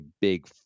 big